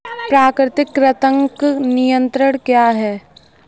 प्राकृतिक कृंतक नियंत्रण क्या है?